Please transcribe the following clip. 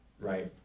right